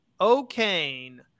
O'Kane